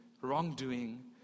wrongdoing